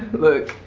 look,